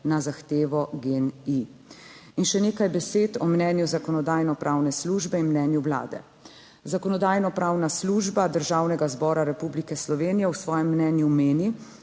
na zahtevo GEN-I. In še nekaj besed o mnenju Zakonodajno-pravne službe in mnenju Vlade. Zakonodajno-pravna služba Državnega zbora Republike Slovenije v svojem mnenju meni,